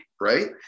right